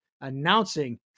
announcing